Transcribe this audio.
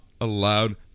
allowed